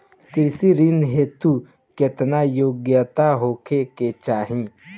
कृषि ऋण हेतू केतना योग्यता होखे के चाहीं?